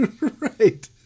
right